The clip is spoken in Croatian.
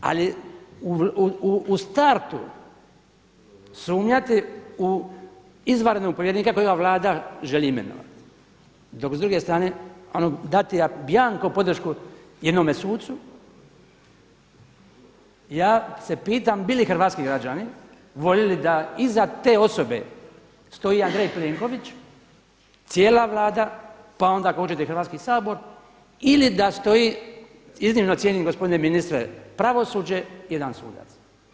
Ali u startu sumnjati u izvanrednog povjerenika kojega Vlada želi imenovati, dok s druge strane ono dati bianco podršku jednome sucu ja se pitam bi li hrvatski građani volili da iza te osobe stoji Andrej Plenković, cijela Vlada pa onda ako hoćete Hrvatski sabor ili da stoji, iznimno cijenim gospodine ministre pravosuđe jedan sudac.